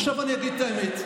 עכשיו אני אגיד את האמת.